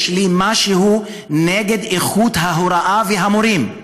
יש לי משהו נגד איכות ההוראה והמורים.